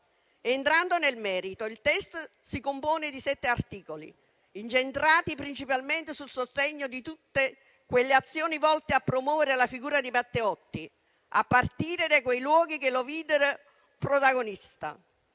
Entrando nel merito, il testo si compone di sette articoli, incentrati principalmente sul sostegno a tutte le azioni volte a promuovere la figura di Matteotti, a partire dai luoghi che lo videro protagonista.